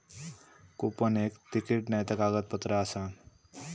coupon एक ticket नायतर कागदपत्र आसा